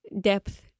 depth